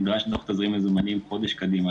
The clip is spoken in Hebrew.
נדרש דוח תזרים מזומנים לחודש קדימה.